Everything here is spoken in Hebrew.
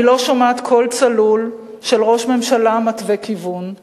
אני לא שומעת קול צלול של ראש ממשלה המתווה כיוון.